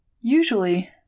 usually